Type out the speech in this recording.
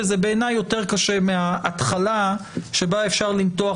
וזה בעיניי יותר קשה מההתחלה שבה אפשר למתוח